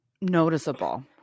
noticeable